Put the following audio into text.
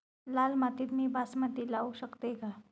लाल मातीत मी बासमती लावू शकतय काय?